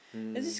mm